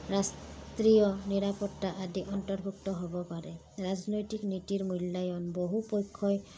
ৰাষ্ট্ৰীয় নিৰাপত্তা আদি অন্তৰ্ভুক্ত হ'ব পাৰে ৰাজনৈতিক নীতিৰ মূল্যায়ন বহু পক্ষই